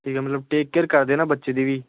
ਠੀਕ ਆ ਮਤਲਬ ਟੇਕ ਕੇਅਰ ਕਰਦੇ ਨਾ ਬੱਚੇ ਦੀ ਵੀ